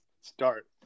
start